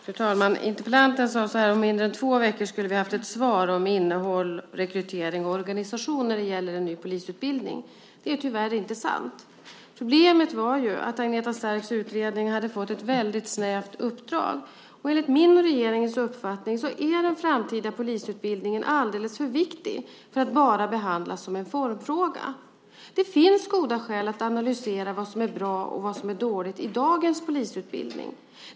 Fru talman! Interpellanten sade att vi om mindre än två veckor skulle ha haft ett svar om innehåll, rekrytering och organisation när det gäller en ny polisutbildning. Det är tyvärr inte sant. Problemet var att Agneta Starks utredning hade fått ett väldigt snävt uppdrag. Enligt min regerings uppfattning är den framtida polisutbildningen alldeles för viktig för att bara behandlas som en formfråga. Det finns goda skäl att analysera vad som är bra och vad som är dåligt i dagens polisutbildning.